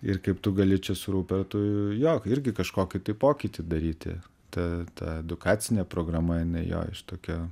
ir kaip tu gali čia su rupertu jo irgi kažkokį tai pokytį daryti ta ta edukacinė programa jinai jo tokia